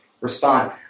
respond